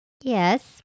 Yes